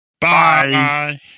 Bye